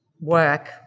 work